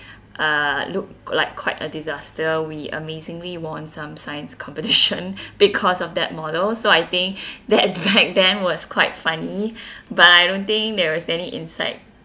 uh look like quite a disaster we amazingly won some science competition because of that model so I think that back then was quite funny but I don't think there is any inside